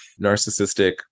narcissistic